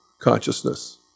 consciousness